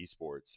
esports